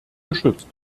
geschützt